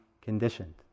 conditioned